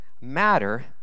matter